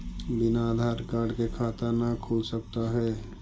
बिना आधार कार्ड के खाता न खुल सकता है?